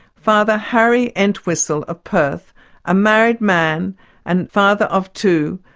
father harry entwistle of perth a married man and father of two,